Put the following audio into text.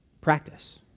practice